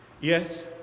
Yes